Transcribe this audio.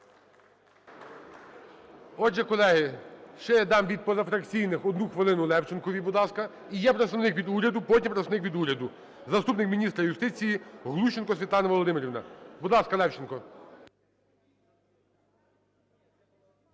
Отже, колеги, ще я дав від позафракційних одну хвилину Левченку. Будь ласка. І є представник від уряду. Потім – представник від уряду, заступник міністра юстиції Глущенко Світлана Володимирівна. Будь ласка, Левченко.